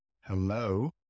Hello